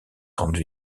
grandes